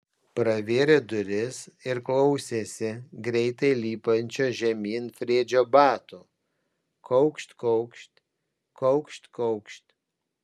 pravėrė duris ir klausėsi greitai lipančio žemyn fredžio batų kaukšt kaukšt kaukšt kaukšt